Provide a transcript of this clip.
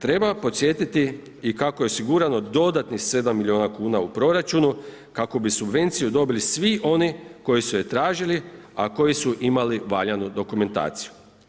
Treba podsjetiti i kako je osigurano dodatnih 7 milijuna kuna u proračunu kako bi subvenciju dobili svi oni koji su je tražili a koji su imali valjanu dokumentaciju.